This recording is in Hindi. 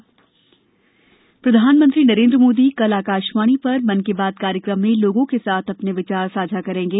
मन की बात प्रधानमंत्री नरेंद्र मोदी कल आकाशवाणी पर मन की बात कार्यक्रम में लोगों के साथ अपने विचार साझा करेंगे